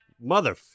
mother